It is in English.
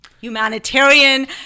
humanitarian